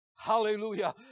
Hallelujah